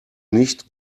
nicht